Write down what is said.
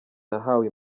nahawe